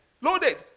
loaded